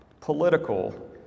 political